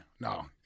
No